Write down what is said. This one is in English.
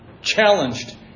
Challenged